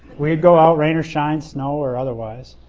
we'd go out rain or shine, snow or otherwise.